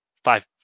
five